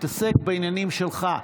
תתעסק בעניינים שלך.